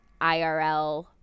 IRL